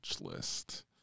list